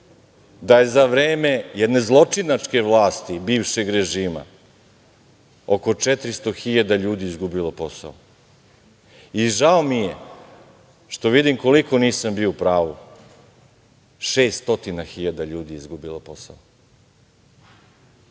da je za vreme jedne zločinačke vlasti bivšeg režima oko 400.000 ljudi izgubilo posao. Žao mi je što vidim koliko nisam bio u pravu, 600.000 ljudi izgubilo je